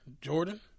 Jordan